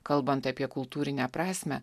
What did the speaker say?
kalbant apie kultūrinę prasmę